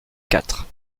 quatre